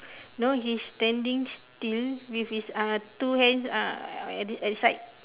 no he's standing still with his uh two hands ah at at the side